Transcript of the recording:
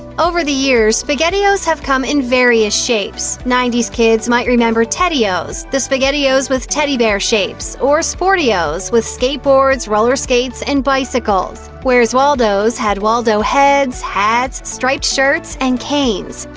over the years, spaghettios have come in various shapes. nineties kids might remember teddyo's, the spaghettios with teddy bear shapes or sportyos, with skateboards, roller skates, and bicycles. bicycles. where's waldos had waldo heads, hats, striped shirts, and canes.